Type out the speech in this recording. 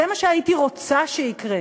זה מה שהייתי רוצה שיקרה.